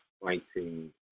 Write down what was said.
fighting